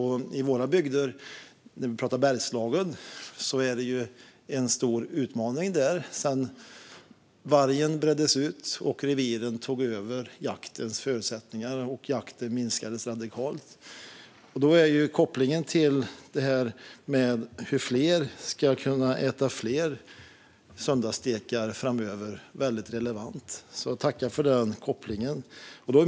I våra bygder, i Bergslagen, är detta en stor utmaning. Sedan vargen bredde ut sig och reviren tog över har jaktens förutsättningar ändrats och jakten minskat radikalt. Då är kopplingen till hur fler ska kunna äta fler söndagsstekar framöver väldigt relevant, så jag tackar för den.